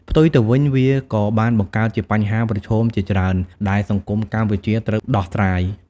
ផ្ទុយទៅវិញ វាក៏បានបង្កើតជាបញ្ហាប្រឈមជាច្រើនដែលសង្គមកម្ពុជាត្រូវដោះស្រាយ។